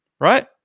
right